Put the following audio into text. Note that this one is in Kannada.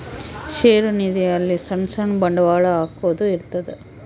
ಷೇರು ನಿಧಿ ಅಲ್ಲಿ ಸಣ್ ಸಣ್ ಬಂಡವಾಳ ಹಾಕೊದ್ ಇರ್ತದ